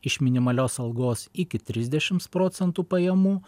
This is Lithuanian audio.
iš minimalios algos iki trisdešimt procentų pajamų